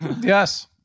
Yes